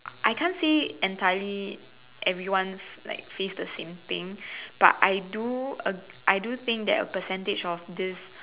I can't say entirely everyone like face the same thing but I do I do think that a percentage of this